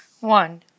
one